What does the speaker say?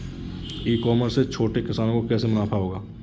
ई commerce से छोटे किसानों को कैसे मुनाफा होगा?